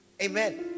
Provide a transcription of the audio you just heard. Amen